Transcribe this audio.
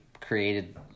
created